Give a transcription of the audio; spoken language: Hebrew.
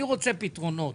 אני רוצה פתרונות,